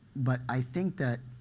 but i think that